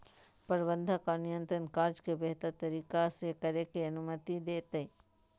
प्रबंधन और नियंत्रण कार्य के बेहतर तरीका से करे के अनुमति देतय